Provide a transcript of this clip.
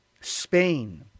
Spain